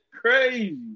crazy